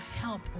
help